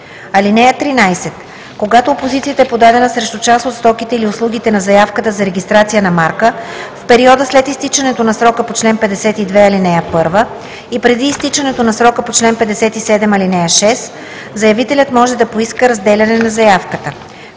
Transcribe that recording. (13) Когато опозицията е подадена срещу част от стоките или услугите на заявката за регистрация на марка, в периода след изтичането на срока по чл. 52, ал. 1 и преди изтичането на срока по чл. 57, ал. 6 заявителят може да поиска разделяне на заявката.